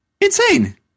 insane